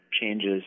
changes